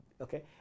Okay